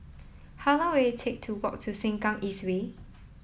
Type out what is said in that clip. how long will it take to walk to Sengkang East Way